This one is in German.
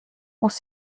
muss